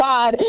God